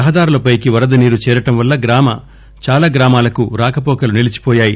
రహదారులపైకి వరద నీరు చేరడం వల్ల చాలా గ్రామాలకు రాకపోకలు నిలిచిపోయాయి